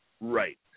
Right